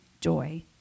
joy